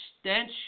stench